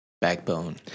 backbone